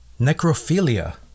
necrophilia